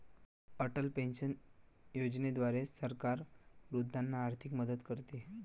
Atal pension योजनेद्वारे सरकार वृद्धांना आर्थिक मदत करते